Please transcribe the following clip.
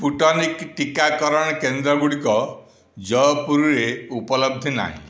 Sputnik ଟିକାକରଣ କେନ୍ଦ୍ର ଗୁଡ଼ିକ ଜୟପୁରରେ ଉପଲବ୍ଧି ନାହିଁ